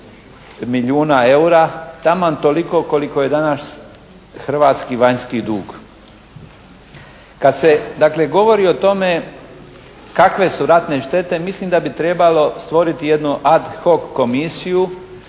milijuna eura, taman toliko koliko je danas hrvatski vanjski dug. Kad se dakle govori o tome kakve su ratne štete mislim da bi trebalo stvoriti jednu ad hoc komisiju